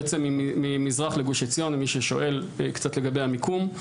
בעצם ממזרח לגוש עציון למי שואל קצת לגבי המיקום,